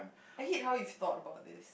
I hate how you thought about this